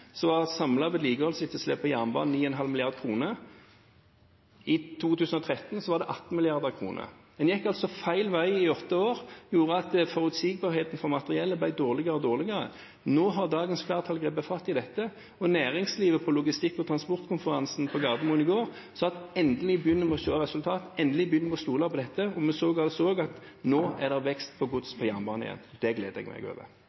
2013 var det på 18 mrd. kr. En gikk altså feil vei i åtte år, noe som gjorde at forutsigbarheten for materiellet ble dårligere og dårligere. Nå har dagens flertall grepet fatt i dette, og næringslivet på Transport & logistikk-konferansen på Gardermoen i går sa at endelig begynner vi å se resultater, endelig begynner vi å stole på dette, og vi ser også at nå er det vekst på gods på jernbane igjen. Det gleder jeg meg over.